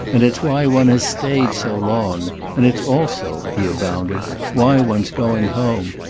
and it's why one has stayed so long. and it's also he abounded why one's going home.